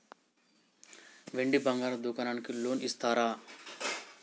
వెండి బంగారం దుకాణానికి లోన్ ఇస్తారా?